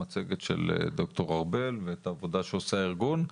המצגת של ד"ר ארבל ואת העבודה שעושה הארגון,